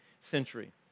century